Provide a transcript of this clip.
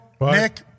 Nick